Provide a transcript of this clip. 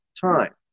time